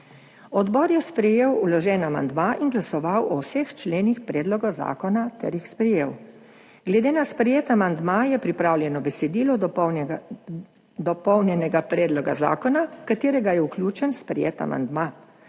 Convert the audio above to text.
Odbor je sprejel vložen amandma in glasoval o vseh členih predloga zakona ter jih sprejel. Glede na sprejet amandma je pripravljeno besedilo dopolnjenega predloga zakona, v katerega je vključen sprejet amandma.